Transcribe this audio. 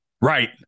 Right